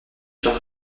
sur